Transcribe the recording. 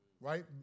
Right